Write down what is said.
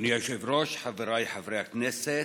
אדוני היושב-ראש, חבריי חברי הכנסת,